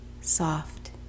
soft